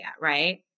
right